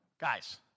Guys